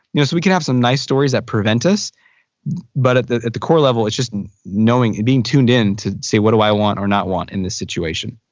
you know so we can have some nice stories that prevent this but at the at the core level it's just knowing, being tuned in to say what do i want or not want in this situation.